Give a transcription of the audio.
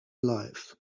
life